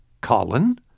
colin